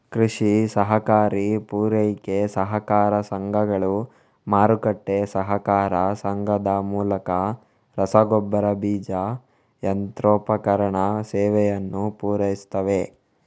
ಕೃಷಿ ಸಹಕಾರಿ ಪೂರೈಕೆ ಸಹಕಾರ ಸಂಘಗಳು, ಮಾರುಕಟ್ಟೆ ಸಹಕಾರ ಸಂಘದ ಮೂಲಕ ರಸಗೊಬ್ಬರ, ಬೀಜ, ಯಂತ್ರೋಪಕರಣ ಸೇವೆಯನ್ನು ಪೂರೈಸುತ್ತವೆ